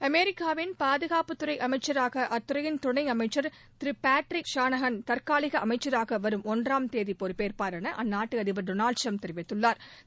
அமெரிக்காவின் பாதுகாப்புத்துறை அமைச்சராக அத்துறையின் துணை அமைச்சர் திரு பேட்ரிக் ஷானஹான் தற்காலிக அமைச்சராக வரும் ஒன்றாம் தேதி பொறுப்பேற்பார் என அந்நாட்டு அதிபர் திரு டொனால்டு டிரம்ப் தெரிவித்துள்ளாா்